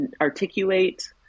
articulate